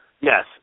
Yes